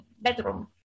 bedroom